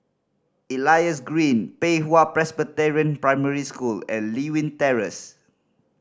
Elias Green Pei Hwa Presbyterian Primary School and Lewin Terrace